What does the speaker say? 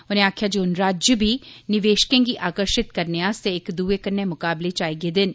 उनें आक्खेआ जे हून राज्य बी निवेशकें गी आकर्षित करने आस्तै इक दुए कन्नै मकाबले च आई गेदे न